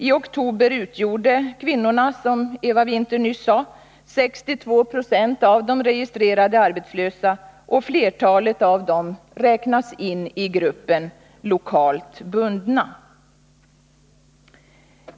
I oktober i år utgjorde kvinnorna, som Eva Winther nyss sade, 62 Yo av de registrerade arbetslösa, och flertalet av dem räknas in i gruppen ”lokalt bundna”.